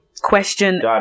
Question